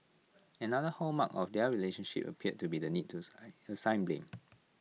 another hallmark of their relationship appeared to be the need to assign blame